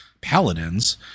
paladins